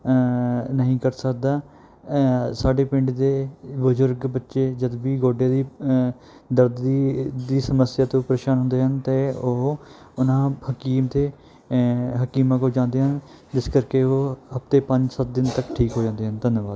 ਨਹੀਂ ਕਰ ਸਕਦਾ ਸਾਡੇ ਪਿੰਡ ਦੇ ਬਜ਼ੁਰਗ ਬੱਚੇ ਜਦੋਂ ਵੀ ਗੋਡੇ ਦੀ ਦਰਦ ਦੀ ਦੀ ਸਮੱਸਿਆ ਤੋਂ ਪਰੇਸ਼ਾਨ ਹੁੰਦੇ ਹਨ ਤਾਂ ਉਹ ਉਹਨਾਂ ਹਕੀਮ ਤੇ ਹਕੀਮਾਂ ਕੋਲ ਜਾਂਦੇ ਹਨ ਜਿਸ ਕਰਕੇ ਉਹ ਹਫ਼ਤੇ ਪੰਜ ਸੱਤ ਦਿਨ ਤੱਕ ਠੀਕ ਹੋ ਜਾਂਦੇ ਹਨ ਧੰਨਵਾਦ